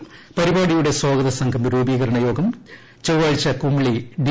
കുമളി പരിപാടിയുടെ സ്വാഗത സംഘം രൂപീകരണ യോഗം ചൊവ്വാഴ്ച കുമളി ഡി